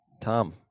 Tom